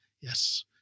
yes